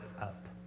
up